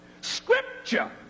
scripture